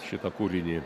šitą kūrinį